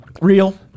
real